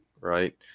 right